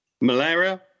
Malaria